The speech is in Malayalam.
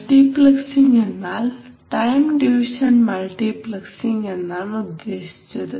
മൾട്ടിപ്ലക്സിംഗ് എന്നാൽ ടൈം ഡിവിഷൻ മൾട്ടിപ്ലക്സിംഗ് എന്നാണ് ഉദ്ദേശിച്ചത്